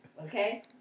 Okay